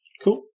Cool